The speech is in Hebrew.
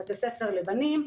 בתי ספר לבנים,